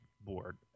board